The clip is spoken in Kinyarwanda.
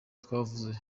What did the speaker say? twavuga